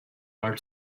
are